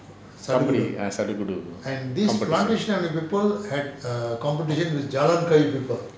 kabaddi sadugudu sadugudu competition